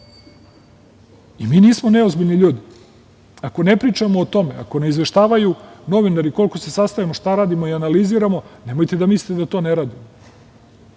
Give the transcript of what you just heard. nismo neozbiljni ljudi. Ako ne pričamo o tome, ako ne izveštavaju novinari u koliko se sastavimo, šta radimo i analiziramo, nemojte da mislite da to ne radimo. Druga